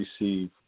receive